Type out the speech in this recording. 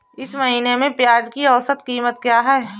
इस महीने में प्याज की औसत कीमत क्या है?